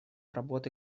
работы